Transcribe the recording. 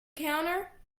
counter